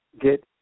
Get